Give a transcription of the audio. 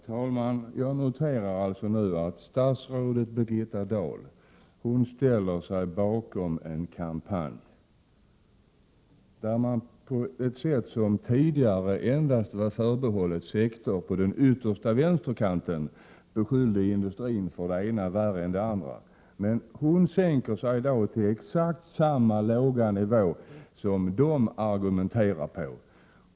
Herr talman! Jag noterar alltså nu att statsrådet Birgitta Dahl ställer sig bakom en kampanj, där man på ett sätt som tidigare endast var förbehållet sekter på den yttersta vänsterkanten beskyller industrin för det ena värre än det andra. Hon sänker sig då till exakt samma låga nivå som de argumenterar på.